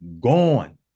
gone